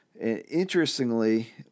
Interestingly